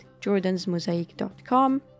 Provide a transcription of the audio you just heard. jordansmosaic.com